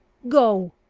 go,